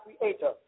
Creator